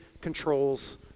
controls